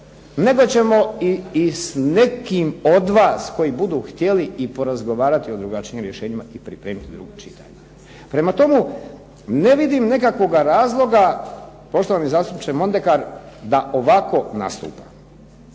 nego ćemo i s nekim od vas koji budu htjeli i porazgovarati o drugačijim rješenjima i pripremiti drugo čitanje. Prema tome, ne vidim nekakvog razloga poštovani zastupniče Mondekar da ovako nastupamo.